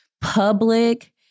public